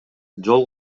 жол